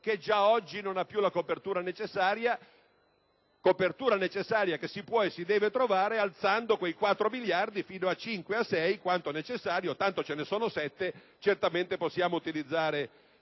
che già oggi non ha più la copertura necessaria, copertura che si può e si deve trovare alzando quei 4 miliardi fino a 5, 6, o quanto necessario: tanto ce ne sono 7, e certamente possiamo utilizzare